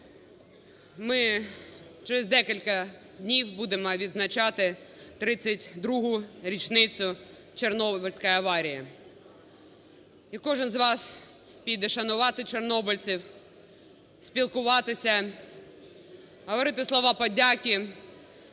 Ми через декілька днів будемо відзначати 32-у річницю Чорнобильської аварії. І кожен з вас піде шанувати чорнобильців, спілкуватися, говорити слова подяки,